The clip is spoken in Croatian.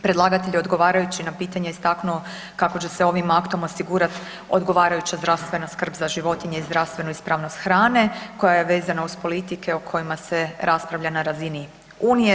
Predlagatelj je odgovarajući na pitanja istaknuo kako će se ovim aktom osigurati odgovarajuća zdravstvena skrb za životinje i zdravstvenu ispravnost hrane, koja je vezana uz politike o kojima se raspravlja na razini Unije.